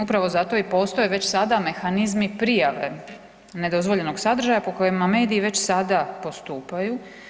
Upravo zato i postoje već sada mehanizmi prijave nedozvoljenog sadržaja po kojima mediji već sada postupaju.